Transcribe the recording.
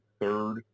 third